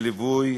בליווי